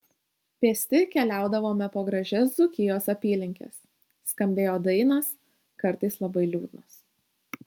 pėsti keliaudavome po gražias dzūkijos apylinkes skambėjo dainos kartais labai liūdnos